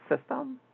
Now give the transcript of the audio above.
system